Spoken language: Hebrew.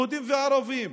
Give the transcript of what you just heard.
יהודים וערבים,